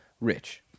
Rich